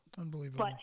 Unbelievable